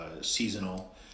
seasonal